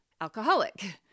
alcoholic